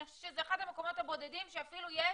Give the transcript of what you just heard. אני חושבת שזה אחד המקומות הבודדים שאפילו יש